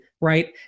right